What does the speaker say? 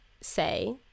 say